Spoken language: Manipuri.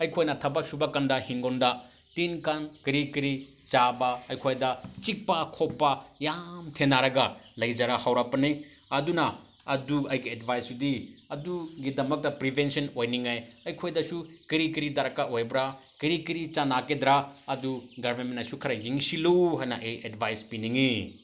ꯑꯩꯈꯣꯏꯅ ꯊꯕꯛ ꯁꯨꯕꯀꯥꯟꯗ ꯏꯪꯈꯣꯜꯗ ꯇꯤꯟ ꯀꯥꯡ ꯀꯔꯤ ꯀꯔꯤ ꯆꯥꯕ ꯑꯩꯈꯣꯏꯗ ꯆꯤꯛꯄ ꯈꯣꯠꯄ ꯌꯥꯝ ꯊꯦꯡꯅꯔꯒ ꯂꯩꯖꯔꯒ ꯍꯧꯔꯛꯄꯅꯤ ꯑꯗꯨꯅ ꯑꯗꯨ ꯑꯩꯒꯤ ꯑꯦꯠꯕꯥꯏꯁꯇꯨꯗꯤ ꯑꯗꯨꯒꯤꯗꯃꯛꯇ ꯄ꯭ꯔꯤꯕꯦꯟꯁꯟ ꯑꯣꯏꯅꯤꯡꯉꯥꯏ ꯑꯩꯈꯣꯏꯗꯁꯨ ꯀꯔꯤ ꯀꯔꯤ ꯗꯔꯀꯥꯔ ꯑꯣꯏꯕ꯭ꯔꯥ ꯀꯔꯤ ꯀꯔꯤ ꯆꯥꯅꯒꯗ꯭ꯔꯥ ꯑꯗꯨ ꯒꯕꯔꯃꯦꯟꯅꯁꯨ ꯈꯔ ꯌꯦꯡꯁꯤꯜꯂꯨ ꯍꯥꯏꯅ ꯑꯩ ꯑꯦꯠꯕꯥꯏꯁ ꯄꯤꯅꯤꯡꯉꯤ